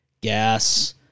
gas